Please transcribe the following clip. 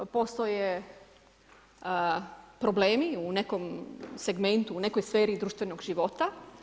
Postoje problemi u nekom segmentu, u nekoj sferi društvenog života.